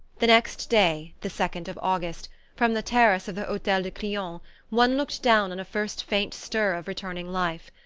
the next day the second of august from the terrace of the hotel de crillon one looked down on a first faint stir of returning life.